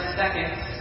seconds